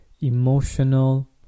emotional